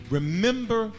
Remember